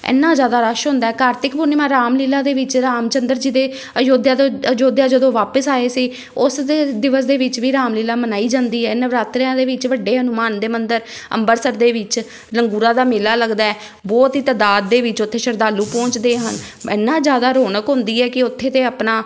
ਇੰਨਾ ਜ਼ਿਆਦਾ ਰਸ਼ ਹੁੰਦਾ ਕਾਰਤਿਕ ਪੂਰਨਿਮਾ ਰਾਮਲੀਲਾ ਦੇ ਵਿੱਚ ਰਾਮ ਚੰਦਰ ਜੀ ਦੇ ਅਯੋਧਿਆ ਦੇ ਅਯੋਧਿਆ ਜਦੋਂ ਵਾਪਸ ਆਏ ਸੀ ਉਸਦੇ ਦਿਵਸ ਦੇ ਵਿੱਚ ਵੀ ਰਾਮਲੀਲਾ ਮਨਾਈ ਜਾਂਦੀ ਹੈ ਨਵਰਾਤਰਿਆਂ ਦੇ ਵਿੱਚ ਵੱਡੇ ਹਨੁੰਮਾਨ ਦੇ ਮੰਦਰ ਅੰਮ੍ਰਿਤਸਰ ਦੇ ਵਿੱਚ ਲੰਗੂਰਾ ਦਾ ਮੇਲਾ ਲੱਗਦਾ ਬਹੁਤ ਹੀ ਤਾਦਾਦ ਦੇ ਵਿੱਚ ਉੱਥੇ ਸ਼ਰਧਾਲੂ ਪਹੁੰਚਦੇ ਹਨ ਇੰਨਾ ਜ਼ਿਆਦਾ ਰੋਣਕ ਹੁੰਦੀ ਹੈ ਕਿ ਉੱਥੇ ਤਾਂ ਆਪਣਾ